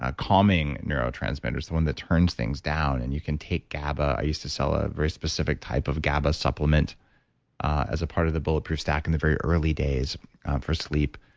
ah calming neurotransmitter. it's the one that turns things down. and you can take gaba. i used to sell a very specific type of gaba supplement as a part of the bulletproof stack in the very early days for sleep.